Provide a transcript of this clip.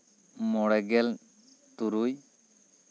ᱢᱚᱬᱮ ᱜᱮᱞ ᱛᱩᱨᱩᱭ